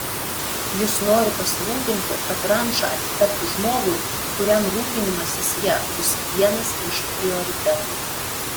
jis nori pasirūpinti kad ranča atitektų žmogui kuriam rūpinimasis ja bus vienas iš prioritetų